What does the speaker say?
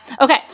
Okay